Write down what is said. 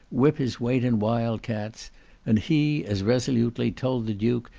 whip his weight in wild cats and he as resolutely told the duke,